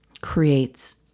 creates